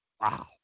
Wow